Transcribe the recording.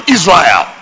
Israel